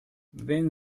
wenn